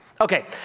Okay